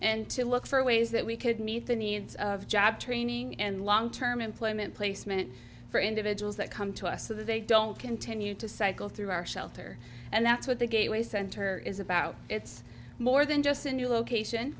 and to look for ways that we could meet the needs of job training and long term employment placement for individuals that come to us so that they don't continue to cycle through our shelter and that's what the gateway center is about it's more than just a new location